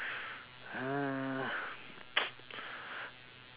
uh